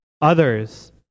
others